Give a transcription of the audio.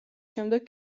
შემდეგ